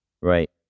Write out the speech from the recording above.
right